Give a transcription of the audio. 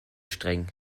streng